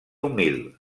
humil